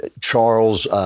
Charles—